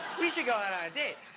we should go out on a date.